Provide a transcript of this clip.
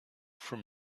from